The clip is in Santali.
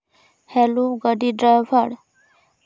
ᱦᱮᱞᱳ ᱜᱟᱹᱰᱤ ᱰᱨᱟᱭᱵᱷᱟᱨ